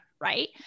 right